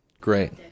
Great